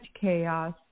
chaos